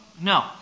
No